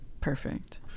perfect